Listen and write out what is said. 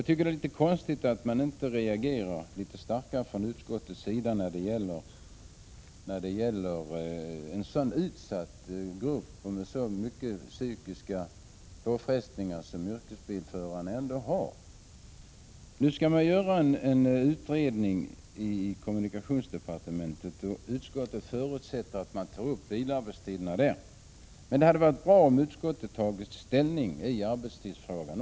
Jag tycker det är konstigt att utskottet inte reagerar starkare när det gäller en så utsatt grupp med så stora psykiska påfrestningar som yrkesförarna. Nu skall det göras en utredning i kommunikationsdepartementet, och utskottet förutsätter att också frågan om bilarbetstiderna då tas upp. Det hade emellertid varit bra om utskottet hade tagit ställning i arbetstidsfrågan.